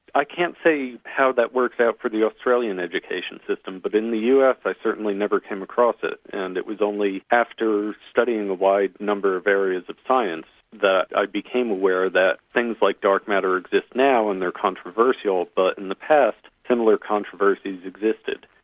i can't say how that works out for the australian education system, but in the us i certainly never came across it, and it was only after studying a wide number areas of science that i became aware that things like dark matter exit now when they're controversial, but in the past similar controversies existed.